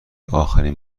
اخرین